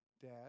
Dad